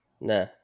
Nah